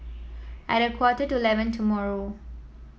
at a quarter to eleven tomorrow